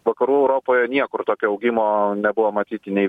vakarų europoje niekur tokio augimo nebuvo matyti nei